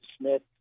Smith